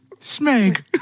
Smeg